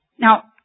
Now